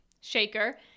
shaker